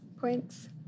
points